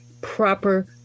proper